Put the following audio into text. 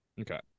Okay